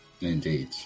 Indeed